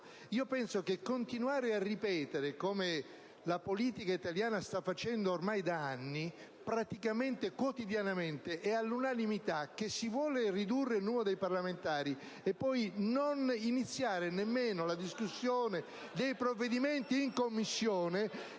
Penso che continuare a ripetere, come la politica italiana sta facendo ormai da anni praticamente quotidianamente e all'unanimità, che si vuole ridurre il numero dei parlamentari e poi non iniziare nemmeno la discussione dei provvedimenti in Commissione